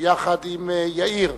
שיחד עם יאיר,